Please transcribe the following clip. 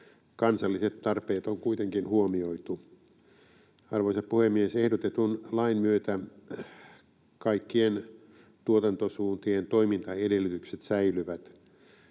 Kansalliset tarpeet on kuitenkin huomioitu. Arvoisa puhemies! Ehdotetun lain myötä kaikkien tuotantosuuntien toimintaedellytykset säilyvät.